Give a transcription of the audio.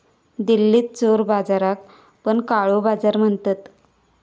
दिल्लीत चोर बाजाराक पण काळो बाजार म्हणतत